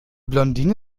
blondine